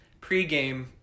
pregame